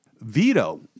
Veto